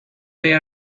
they